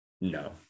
No